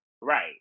Right